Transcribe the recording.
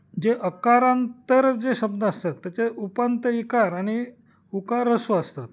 जे अकारांतर जे शब्द असतात त्याच्या उपांत्य इकार आणि उकार ऱ्हस्व असतात